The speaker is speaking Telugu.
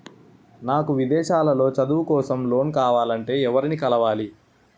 నాకు విదేశాలలో చదువు కోసం లోన్ కావాలంటే ఎవరిని కలవాలి?